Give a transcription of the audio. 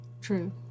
True